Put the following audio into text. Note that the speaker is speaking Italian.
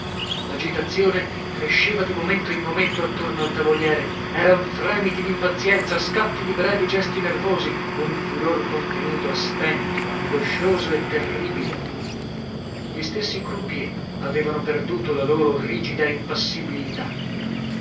lagitazione cresceva di momento in momento attorno al tavoliere eran fremiti dimpazienza scatti di brevi gesti nervosi un furor contenuto a stento angoscioso e terribile gli stessi croupiers avevano perduto la loro rigida impassibilità